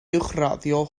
uwchraddio